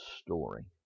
story